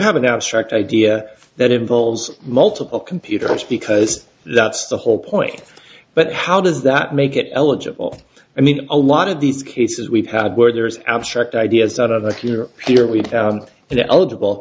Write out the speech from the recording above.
have an abstract idea that involves multiple computers because that's the whole point but how does that make it eligible i mean a lot of these cases we've had where there is abstract ideas out of your dear leader and eligible